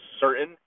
certain